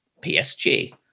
PSG